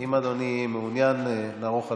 אם אדוני מעוניין, נערוך הצבעה.